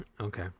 Okay